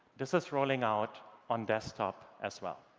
this is rolling out on desktop as well.